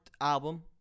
album